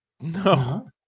No